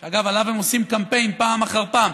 אגב, עליו הם עושים קמפיין פעם אחר פעם.